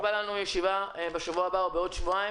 תקבע לנו ישיבה בשבוע הבא או בעוד שבועיים,